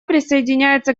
присоединяется